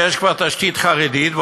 שיש כבר תשתית חרדית,